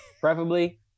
Preferably